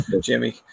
Jimmy